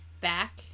Back